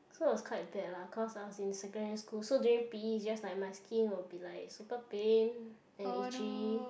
so it was quite bad lah cause I was in secondary school so during p_e it's just like my skin will be like super pain and itchy